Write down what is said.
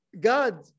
God